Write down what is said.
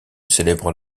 célèbre